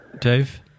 Dave